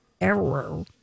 error